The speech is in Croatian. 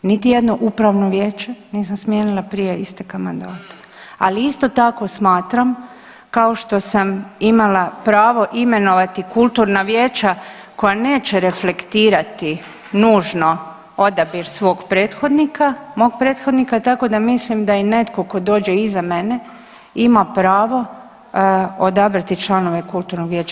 Niti jedno upravno vijeće nisam smijenila prije isteka mandata, ali isto tako smatram kao što sam imala pravo imenovati kulturna vijeća koja neće reflektirati nužno odabir svog prethodnika, mog prethodnika tako da mislim da i netko tko dođe iza mene ima pravo odabrati članove kulturnog vijeća.